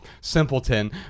simpleton